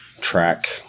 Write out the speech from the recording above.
track